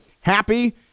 happy